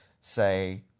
say